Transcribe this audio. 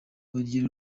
urugero